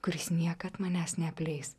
kuris niekad manęs neapleis